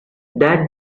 that